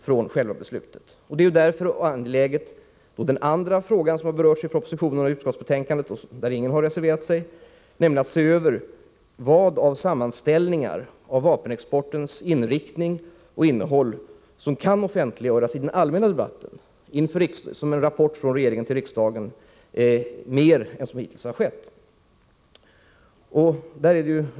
Det är därför angeläget att se över — det är den andra fråga som har berörts i propositionen och utskottsbetänkandet, och där har ingen reserverat sig — vad i fråga om sammanställningar över vapenexportens inriktning och innehåll som kan offentliggöras i den allmänna debatten, som en rapport från regeringen till riksdagen, mer än som hittills skett.